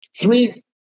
three